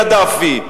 לקדאפי.